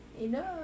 Enough